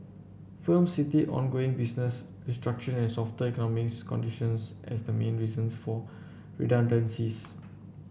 firms cited ongoing business restructuring and softer economics conditions as the main reasons for redundancies